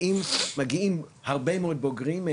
אם מגיעים הרבה מאוד בוגרים,